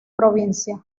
provincia